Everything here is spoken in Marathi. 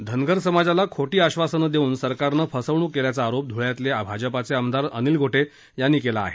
धनगर समाजाला खोटी आश्वासनं देऊन सरकारनं फसवणूक केल्याचा आरोप धूळ्यातले भाजपा आमदार अनिल गोटे यांनी केला आहे